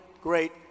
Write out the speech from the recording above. great